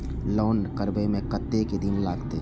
Loan करबे में कतेक दिन लागते?